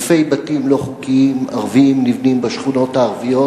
אלפי בתים לא חוקיים ערביים נבנים בשכונות הערביות,